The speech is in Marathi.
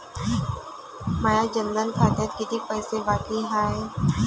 माया जनधन खात्यात कितीक पैसे बाकी हाय?